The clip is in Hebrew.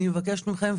אני מבקשת מכם,